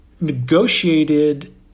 negotiated